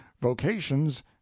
vocations